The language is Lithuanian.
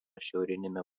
šiauriniame